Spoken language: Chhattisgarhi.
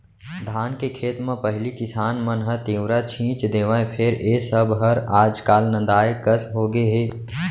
धान के खेत म पहिली किसान मन ह तिंवरा छींच देवय फेर ए सब हर आज काल नंदाए कस होगे हे